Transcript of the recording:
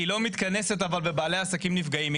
היא לא מתכנסת אבל ובעלי עסקים נפגעים.